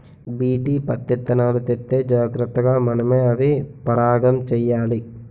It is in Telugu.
బీటీ పత్తిత్తనాలు తెత్తే జాగ్రతగా మనమే అవి పరాగం చెయ్యాలి